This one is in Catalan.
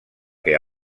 que